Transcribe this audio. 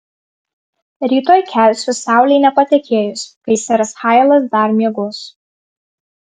rytoj kelsiu saulei nepatekėjus kai seras hailas dar miegos